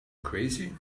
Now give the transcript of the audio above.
crazy